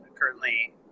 currently